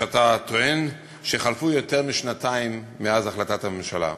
ואתה טוען שחלפו יותר משנתיים מאז החלטת הממשלה.